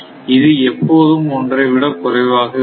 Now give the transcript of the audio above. இது எப்போதும் ஒன்றை விட குறைவாகவே இருக்கும்